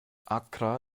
accra